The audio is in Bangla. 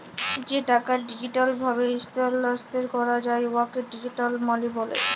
যে টাকা ডিজিটাল ভাবে ইস্থালাল্তর ক্যরা যায় উয়াকে ডিজিটাল মালি ব্যলে